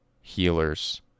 healers